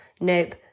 nope